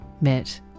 met